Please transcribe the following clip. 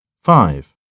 Five